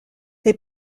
les